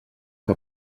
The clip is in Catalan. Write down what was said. que